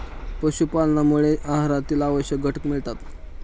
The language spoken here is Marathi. पशुपालनामुळे आहारातील आवश्यक घटक मिळतात